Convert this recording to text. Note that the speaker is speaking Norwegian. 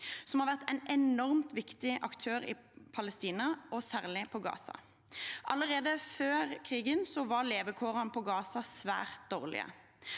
som har vært en enormt viktig aktør i Palestina, og særlig i Gaza. Allerede før krigen var levekårene i Gaza svært dårlige.